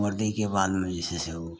बर्दीके बादमे जे छै से ओ